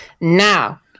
now